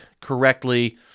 correctly